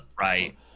Right